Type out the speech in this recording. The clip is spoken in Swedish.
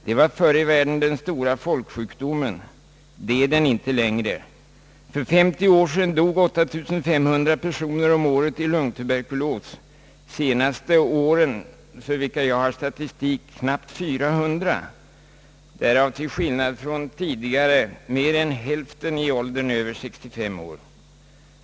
Den var förr i världen den stora folksjukdomen, men är det inte längre. För 50 år sedan dog 8 500 personer om året i lungtuberkulos. De senaste åren, för vilka jag har statistik, är siffran knappt 400, därav till skillnad från tidigare mer än hälften i åldern över 65 år.